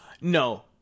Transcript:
No